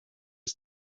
his